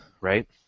right